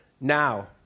Now